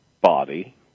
body